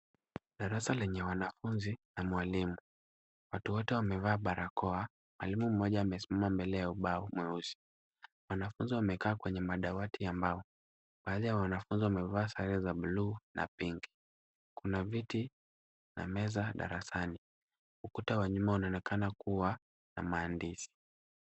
Darasa lenye wanafunzi na mwalimu. Watu wote wamevaa barakoa. Mwalimu mmoja amesimama mbele ya ubao mweusi. Wanafunzi wamekaa kwenye madawati ya mbao. Baadhi ya wanafunzi wamevaa sare za buluu na pinki. Kuna viti na meza darasani. Ukuta wa nyuma unaonekana kuwa na maandishi.